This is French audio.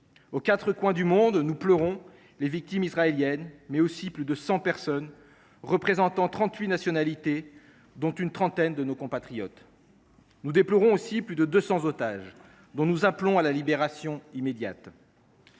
aux quatre coins du monde. Partout, nous pleurons les victimes israéliennes, mais aussi plus de cent personnes de trente huit nationalités, dont une trentaine de nos compatriotes. Nous déplorons aussi plus de deux cents otages, dont nous demandons la libération immédiate.